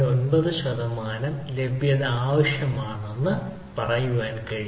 9 ശതമാനം ലഭ്യത ആവശ്യമാണെന്ന് എനിക്ക് പറയാൻ കഴിയും